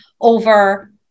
over